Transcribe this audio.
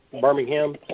Birmingham